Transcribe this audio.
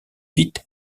vite